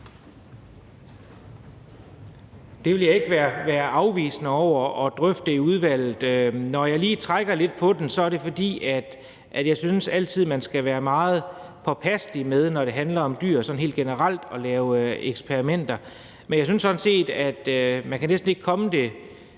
Det vil jeg ikke være afvisende over for at drøfte i udvalget. Når jeg lige trækker lidt på det, er det, fordi jeg synes, at man sådan helt generelt, når det handler om dyr, altid skal være meget påpasselig med at lave eksperimenter. Men jeg synes sådan set, at man næsten ikke kan være